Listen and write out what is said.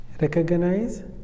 recognize